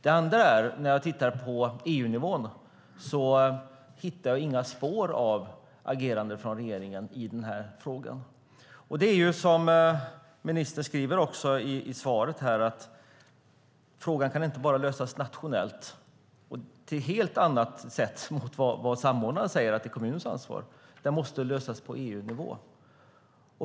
Det andra är hur det är på EU-nivå. Där hittar jag inga spår av agerande från regeringen i den här frågan. Som ministern också skriver i svaret kan frågan inte lösas bara nationellt. Det är något helt annat än vad samordnaren säger, att det är kommunens ansvar. Frågan måste lösas på EU-nivå.